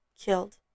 killed